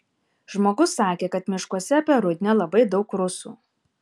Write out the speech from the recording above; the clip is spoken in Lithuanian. žmogus sakė kad miškuose apie rudnią labai daug rusų